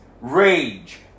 rage